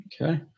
Okay